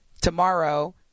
tomorrow